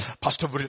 Pastor